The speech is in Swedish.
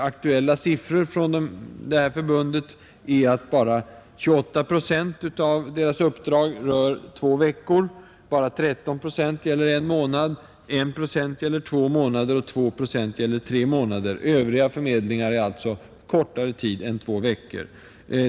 Aktuella siffror från förbundet är att bara 28 procent av uppdragen rör två veckor, 13 procent gäller en månad, 1 procent gäller två månader, 2 procent gäller tre månader, Övriga förmedlingar är alltså kortare tid än två veckor.